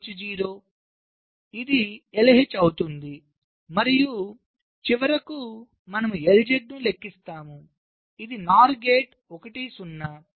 ఇది LH అవుతుంది మరియు చివరకు మనము LZ ను లెక్కిస్తాము ఇది NOR గేట్ 1 0